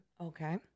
okay